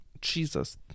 Jesus